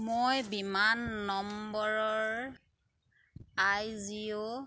মই বিমান নম্বৰৰ আই জি অ'